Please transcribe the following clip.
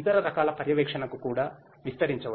ఇతర రకాల పర్యవేక్షణకు కూడా విస్తరించవచ్చు